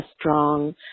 strong